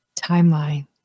timeline